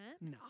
No